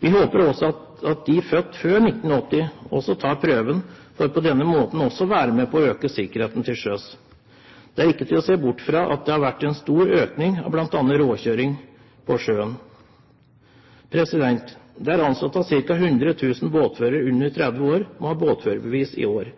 Vi håper også at de som er født før 1980, også tar prøven, for på denne måten å være med på å øke sikkerheten til sjøs. Man kan ikke se bort fra at det har vært en stor økning når det gjelder bl.a. råkjøring på sjøen. Det er anslått at ca. 100 000 båtførere under 30 år må ha båtførerbevis i år.